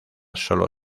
solo